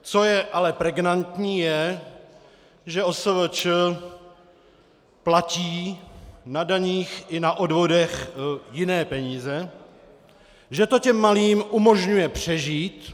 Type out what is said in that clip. Co je ale pregnantní, je, že OSVČ platí na daních i na odvodech jiné peníze, že to těm malým umožňuje přežít.